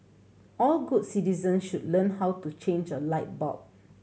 all good citizens should learn how to change a light bulb